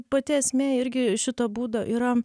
pati esmė irgi šito būdo yra